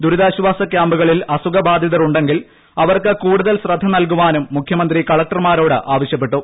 ദുരിതാശ്വാസ ക്യാമ്പുകളിൽ അസുഖ ബാധിതർ ഉണ്ടെങ്കിൽ അവർക്ക് കൂടുതൽ ശ്രദ്ധ നൽകാനും മുഖ്യമന്ത്രി കളക്ടർമാരോട് ആവശ്യപ്പെട്ടു